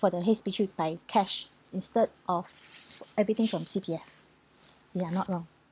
for the H_D_B by cash instead of everything from C_P_F if I'm not wrong